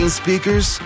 speakers